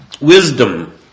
Wisdom